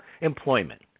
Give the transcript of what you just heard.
employment